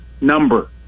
number